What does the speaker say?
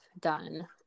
done